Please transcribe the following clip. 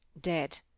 Dead